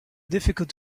difficult